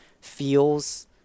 feels